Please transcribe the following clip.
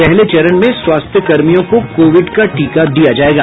पहले चरण में स्वास्थ्य कर्मियों को कोविड का टीका दिया जायेगा